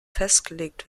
festgelegt